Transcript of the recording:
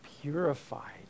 purified